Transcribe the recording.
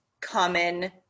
common